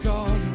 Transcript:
God